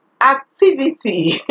Activity